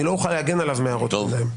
אני לא אוכל להגן עליו מהערות ביניים.